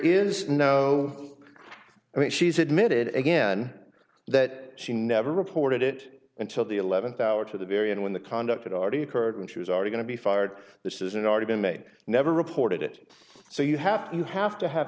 is no i mean she's admitted again that she never reported it until the eleventh hour to the very end when the conduct already occurred when she was already going to be fired this isn't already been made never reported it so you have to you have to have